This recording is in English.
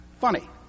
funny